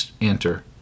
enter